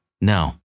No